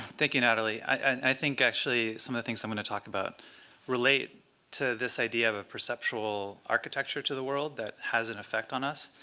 thank you, natalie. i think, actually, some of the things i'm going to talk about relate to this idea of a perceptual architecture to the world that has an effect on us.